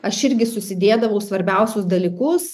aš irgi susidėdavau svarbiausius dalykus